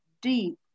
deep